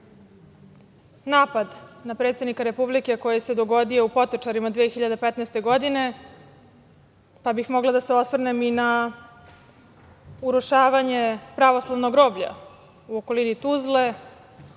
napad na predsednika Republike koji se dogodio u Potočarima 2015. godine, pa bih mogla da se osvrnem i na urušavanje pravoslavnog groblja u okolini Tuzle,